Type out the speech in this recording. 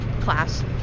class